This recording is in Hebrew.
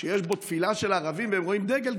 כשיש בו תפילה של ערבים והם רואים דגל,